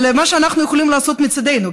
אבל מה שאנחנו יכולים לעשות מצידנו,